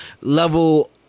level